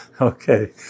Okay